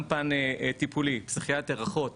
גם פן טיפולי פסיכיאטר אחות,